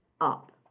up